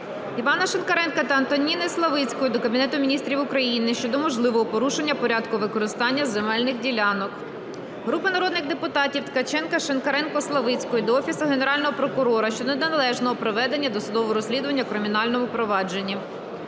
Івана Шинкаренка та Антоніни Славицької до Кабінету Міністрів України щодо можливого порушення порядку використання земельних ділянок. Групи народних депутатів (Ткаченка, Шинкаренка, Славицької) до Офісу Генерального прокурора щодо неналежного проведення досудового розслідування у кримінальному провадженні.